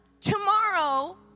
tomorrow